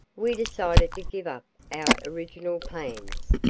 we decided to give up our original plans,